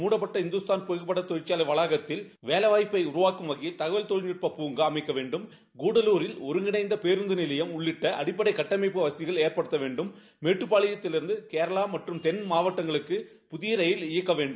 மூடப்பட்ட இந்துல்தான் புகைப்பட தொழிற்சாலை வளாகத்தில் வேலை வாய்ப்பை உருவாக்கும் வகையில் தகவல் தொழில்நட்ப புங்கா அமைக்க வேண்டும் கூடலாில் ஒருங்கிணைந்த பேருந்தறிலையம் உள்ளிட்ட அடிப்படை கட்டமைப்பு வசதிகள் மேப்படுத்தப்பட வேண்டும் மேட்டுப்பாளையத்திலிரந்து கேரளா மற்றம் கென் மாவட்டங்களுக்கு புதிய ராயில் இயக்க வேண்டும்